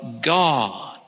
God